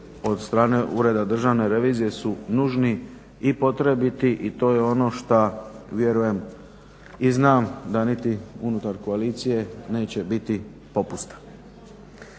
od strane Ureda državne revizije su nužni i potrebiti i to je ono šta vjerujem i znam da niti unutar koalicije neće biti popusta.